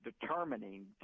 determining